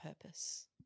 purpose